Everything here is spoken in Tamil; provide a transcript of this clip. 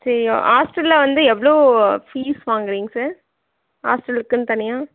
சரி ஹாஸ்டலில் வந்து எவ்வளோ ஃபீஸ் வாங்குறீங்க சார் ஹாஸ்டலுக்குன்னு தனியாக